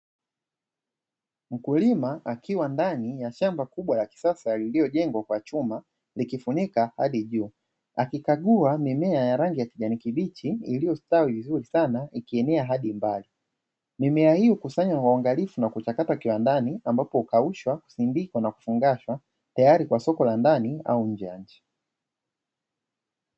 Mkulima akiwa ndani ya shamba kubwa la kisasa lililojengwa kwa chuma likifunika hadi juu. Akikagua mimea ya rangi ya kijani kibichi iliyostawi vizuri sana ikienea hadi mbali. Mimea hii hukusanywa wa uangalifu na kuchakatwa kiwandani ambapo, hukaushwa, husindikwa na kufungashwa tayari kwa soko la ndani au nje ya nchi.